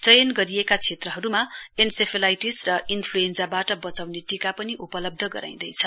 चयन गरिएका क्षेत्रहरूमा एनसेफेलाइटिस र इन्फ्लुजन्जामबाट बचाउने टीका पनि उपलब्ध गराइँदैछ